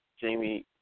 Jamie